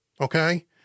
okay